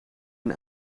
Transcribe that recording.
een